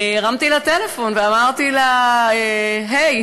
הרמתי אליה טלפון ואמרתי לה: היי,